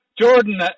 Jordan